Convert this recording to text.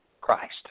Christ